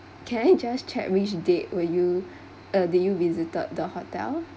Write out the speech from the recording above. can I just check which date were you uh did you visited the hotel